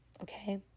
okay